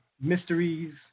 mysteries